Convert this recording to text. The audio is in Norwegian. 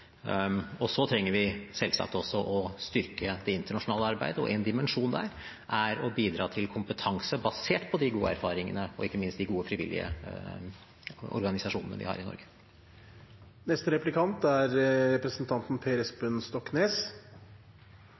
Så trenger vi selvsagt også å styrke det internasjonale arbeidet, og en dimensjon der er å bidra til kompetanse basert på de gode erfaringene og ikke minst de gode frivillige organisasjonene vi har i Norge.